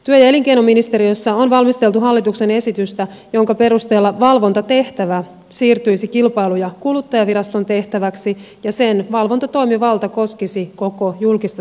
työ ja elinkeinoministeriössä on valmisteltu hallituksen esitystä jonka perusteella valvontatehtävä siirtyisi kilpailu ja kuluttajaviraston tehtäväksi ja sen valvontatoimivalta koskisi koko julkista sektoria